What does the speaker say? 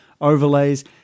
overlays